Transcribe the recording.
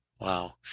Wow